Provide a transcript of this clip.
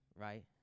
right